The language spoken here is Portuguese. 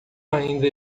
ainda